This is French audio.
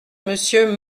monsieur